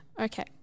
okay